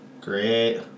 Great